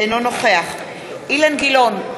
אינו נוכח אילן גילאון,